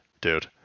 dude